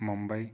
Mumbai